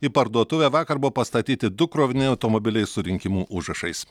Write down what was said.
į parduotuvę vakar buvo pastatyti du krovininiai automobiliai su rinkimų užrašais